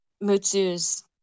Mutsu's